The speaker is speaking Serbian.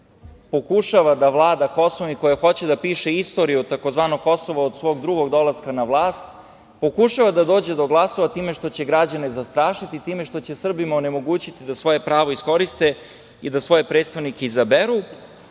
zapravo pokušava da vlada Kosovom i koja hoće da piše istoriju o tzv. Kosovu od svog drugog dolaska na vlast, pokušava da dođe do glasova time što će građane zastrašiti, time što će Srbima onemogućiti da svoje pravo iskoriste i da svoje predstavnike izaberu,